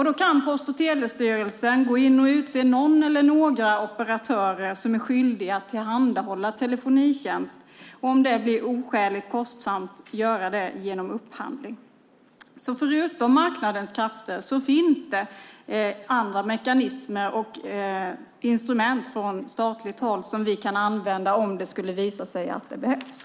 Då kan Post och telestyrelsen gå in och utse någon eller några operatörer som är skyldiga att tillhandahålla telefonitjänst och att, om det blir oskäligt kostsamt, göra det genom upphandling. Förutom marknadens krafter finns alltså andra mekanismer och instrument från statligt håll som vi kan använda om det skulle visa sig behövas.